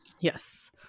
Yes